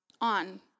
on